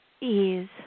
ease